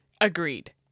agreed